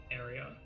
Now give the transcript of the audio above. area